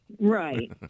Right